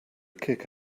kick